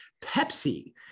Pepsi